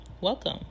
welcome